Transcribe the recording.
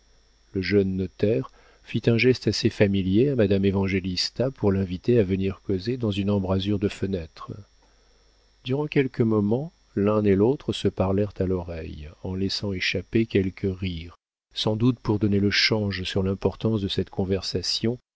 le jeune notaire fit un geste assez familier à madame évangélista pour l'inviter à venir causer dans une embrasure de fenêtre durant quelques moments l'un et l'autre se parlèrent à l'oreille en laissant échapper quelques rires sans doute pour donner le change sur l'importance de cette conversation